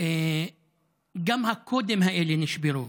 גם הקודים האלה נשברו.